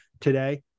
today